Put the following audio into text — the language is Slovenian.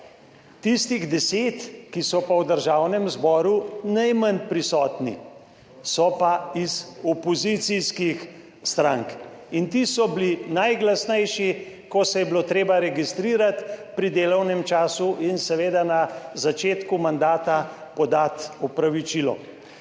Tistih deset, ki so pa v Državnem zboru najmanj prisotni, so pa iz opozicijskih strank in ti so bili najglasnejši, ko se je bilo treba registrirati pri delovnem času in seveda na začetku mandata podati opravičilo.